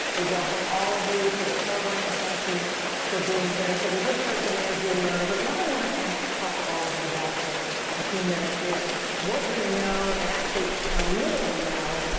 we welcome all of you to the program. thank you for being here. so, we just heard from mayor giuliani. but what i want to ask talk to all of you about for a few minutes is what we know, and actually how little we know,